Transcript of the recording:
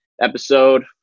episode